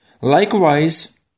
Likewise